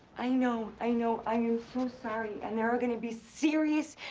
i know, i know, i am so sorry, and there are gonna be serious,